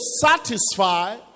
satisfy